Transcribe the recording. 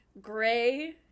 gray